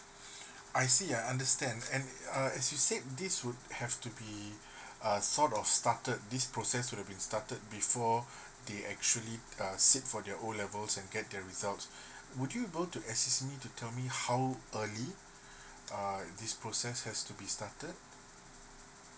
I see I understand and uh as you said this would have to be uh sort of started this process could have been started before they actually uh sit for their O level and gets their result would you able to assist me to tell me how early uh this process has to be started